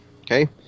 Okay